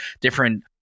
different